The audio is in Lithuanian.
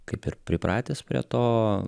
kaip ir pripratęs prie to